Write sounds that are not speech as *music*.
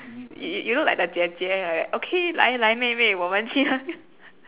you you look like the 姐姐 like that okay 来来妹妹我们去喝 *laughs*